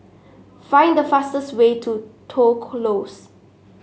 find the fastest way to Toh Close